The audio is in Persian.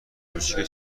کوچیکش